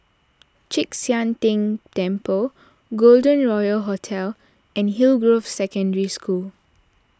Chek Sian Tng Temple Golden Royal Hotel and Hillgrove Secondary School